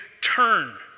turn